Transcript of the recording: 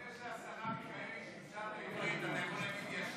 אחרי שהשרה מיכאלי שיבשה את העברית אתה יכול להגיד "ישיב",